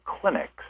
clinics